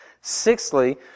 Sixthly